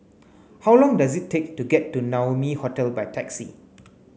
how long does it take to get to Naumi Hotel by taxi